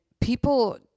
people